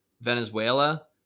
Venezuela